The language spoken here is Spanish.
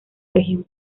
región